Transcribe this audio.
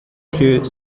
plus